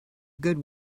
good